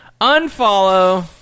unfollow